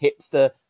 hipster